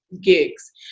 gigs